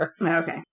Okay